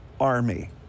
army